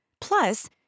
Plus